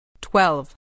Twelve